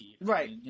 Right